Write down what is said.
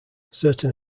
certain